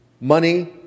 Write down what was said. money